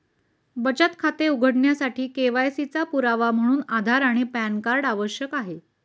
बचत खाते उघडण्यासाठी के.वाय.सी चा पुरावा म्हणून आधार आणि पॅन कार्ड आवश्यक आहे